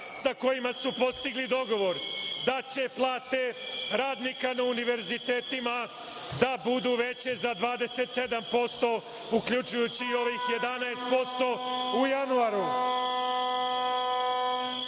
sa kojima su postigli dogovor, da će plate radnika na univerzitetima da budu veće za 27%, uključujući i ovih 11% u januaru. Ko